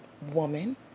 woman